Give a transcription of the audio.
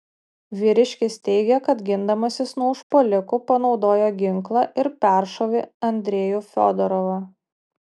vyriškis teigė kad gindamasis nuo užpuolikų panaudojo ginklą ir peršovė andrejų fiodorovą